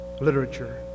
literature